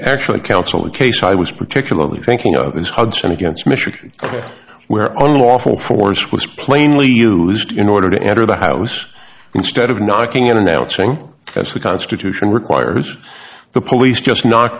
actually counsel the case i was particularly thinking is hudson against michigan where on a lawful force was plainly used in order to enter the house instead of knocking in announcing the constitution requires the police just knock